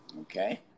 okay